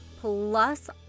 plus